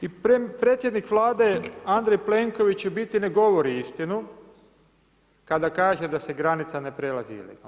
I predsjednik Vlade Andrej Plenković u biti ne govori istinu kada kaže da se granica ne prelazi ilegalno.